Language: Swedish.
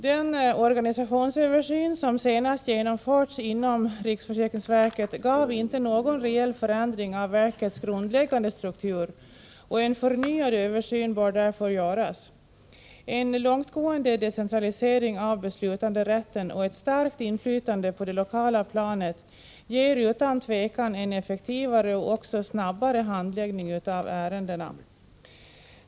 Den organisationsöversyn som senast genomförts inom riksförsäkringsverket gav inte någon reell förändring av verkets grundläggande struktur, och en förnyad översyn bör därför göras. En långtgående decentralisering av beslutanderätten och ett starkt inflytande på det lokala planet ger utan tvekan en effektivare och också snabbare handläggning av ärendena.